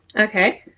Okay